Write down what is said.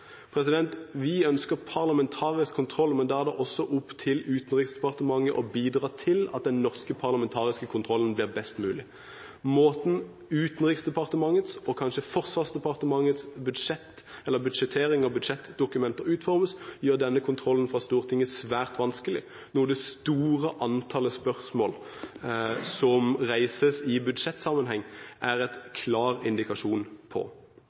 Vi ønsker parlamentarisk kontroll, men da er det også opp til Utenriksdepartementet å bidra til at den norske parlamentariske kontrollen blir best mulig. Måten Utenriksdepartementets og kanskje Forsvarsdepartementets budsjettering og budsjettdokumenter utformes på, gjør denne kontrollen svært vanskelig for Stortinget, noe det store antallet spørsmål som reises i budsjettsammenheng, er en klar indikasjon på.